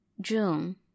June